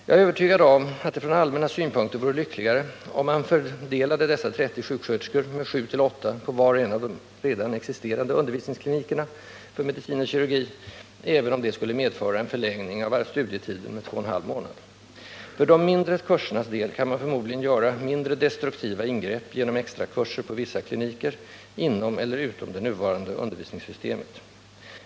Jag är övertygad om att det från allmänna synpunkter vore lyckligare, om man fördelade dessa 30 sjuksköterskor på grupper om 7-8 på var och en av de redan existerande undervisningsklinikerna för medicin och kirurgi, även om detta skulle medföra en förlängning av studietiden med två och halv månad. När det gäller de mindre kurserna kan man förmodligen göra mindre destruktiva ingrepp genom extrakurser på vissa kliniker inom eller utom det nuvarande undervisningssystemet.